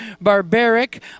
barbaric